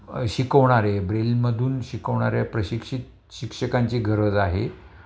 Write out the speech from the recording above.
शिकवणारे ब्रेलमधून शिकवणाऱ्या प्रशिक्षित शिक्षकांची गरज आहे